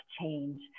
change